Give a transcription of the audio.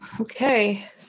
okay